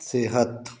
सेहत